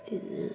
बिदिनो